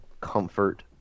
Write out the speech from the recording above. comfort